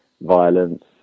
violence